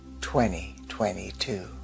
2022